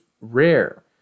rare